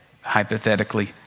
hypothetically